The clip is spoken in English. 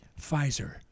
Pfizer